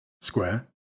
square